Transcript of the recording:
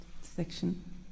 section